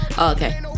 okay